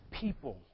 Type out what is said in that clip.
People